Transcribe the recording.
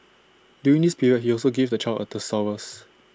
during this period he also gave the child A thesaurus